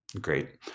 Great